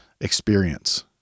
experience